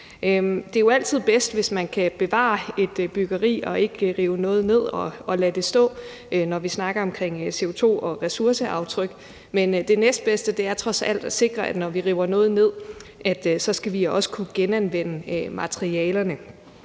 Det er jo altid bedst, hvis man kan bevare et byggeri og lade det stå, og at man ikke behøver at rive noget ned, når vi snakker om CO2 og ressourceaftryk, men det næstbedste er trods alt at sikre, at når vi river noget ned, skal vi også kunne genanvende materialerne,